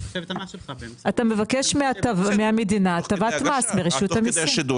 מבקש מהמדינה הטבת מס ברשות המיסים.